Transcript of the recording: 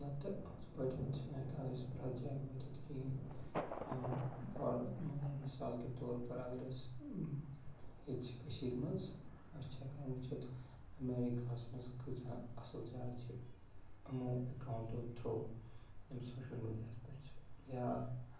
نَتہٕ ہُتھ پٲٹھۍ چھِنہٕ ہٮ۪کان أسۍ پرٮ۪تھ جایہِ وٲتِتھ کِہیٖنۍ فار مطلب مِثال کے طور پر اگر أسۍ ییٚتہِ چھِ کٔشیٖرِ منٛز اَسہِ چھِ ہٮ۪کان وٕچھِتھ امریکاہَس منٛز کۭژاہ اَصٕل جاے چھِ یِمَو اٮ۪کاوٹو تھرو یِم سوشَل میٖڈِیاہَس پٮ۪ٹھ چھِ یا